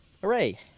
hooray